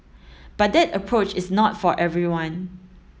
but that approach is not for everyone